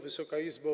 Wysoka Izbo!